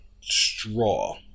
straw